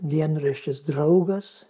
dienraštis draugas